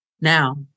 now